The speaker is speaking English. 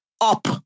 up